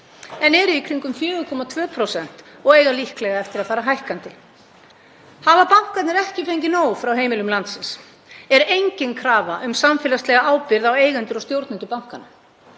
en eru í kringum 4,2% og eiga líklega eftir að fara hækkandi. Hafa bankarnir ekki fengið nóg frá heimilum landsins? Er engin krafa um samfélagslega ábyrgð á eigendur og stjórnendur bankanna?